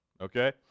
okay